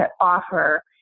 offer